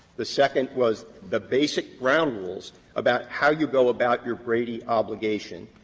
the second was the basic ground rules about how you go about your brady obligation.